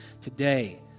today